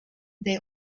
they